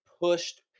pushed